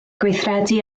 gweithredu